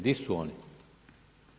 Di su oni?